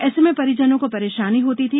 ऐसे में परिजनों को परेशानी होती थी